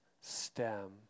stem